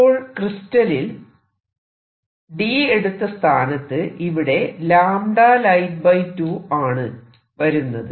അപ്പോൾ ക്രിസ്റ്റലിൽ d എടുത്ത സ്ഥാനത്ത് ഇവിടെ light2 ആണ് വരുന്നത്